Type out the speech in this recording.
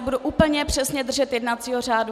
Budu se úplně přesně držet jednacího řádu.